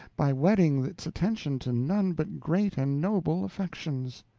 by wedding its attention to none but great and noble affections.